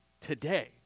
today